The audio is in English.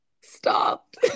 stop